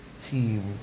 team